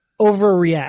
overreact